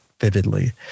vividly